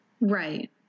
right